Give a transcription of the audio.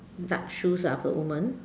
dark shoes ah for the woman